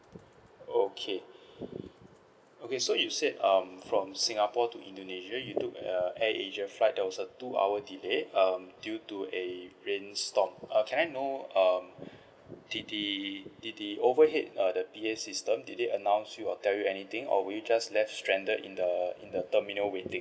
okay okay so you said um from singapore to indonesia you took err airasia flight there was a two hour delayed um due to a rain storm err can I know um the the the the overhead err the P_A system did they announced you or tell you anything or were you just left stranded in the in the terminal waiting